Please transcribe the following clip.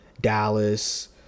Dallas